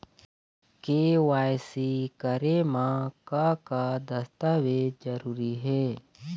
KYC करे म का का दस्तावेज जरूरी हे?